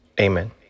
amen